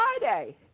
Friday